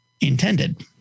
intended